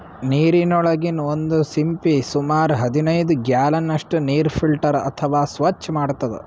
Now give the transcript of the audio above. ನೀರಿನೊಳಗಿನ್ ಒಂದ್ ಸಿಂಪಿ ಸುಮಾರ್ ಹದನೈದ್ ಗ್ಯಾಲನ್ ಅಷ್ಟ್ ನೀರ್ ಫಿಲ್ಟರ್ ಅಥವಾ ಸ್ವಚ್ಚ್ ಮಾಡ್ತದ್